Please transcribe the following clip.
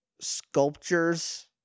sculptures